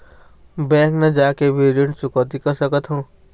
Bank न जाके भी ऋण चुकैती कर सकथों?